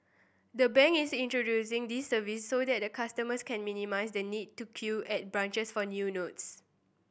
the bank is introducing this service so that the customers can minimise the need to queue at branches for new notes